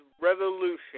Revolution